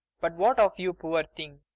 but what of you, poor thing?